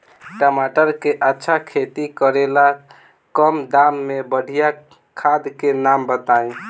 टमाटर के अच्छा खेती करेला कम दाम मे बढ़िया खाद के नाम बताई?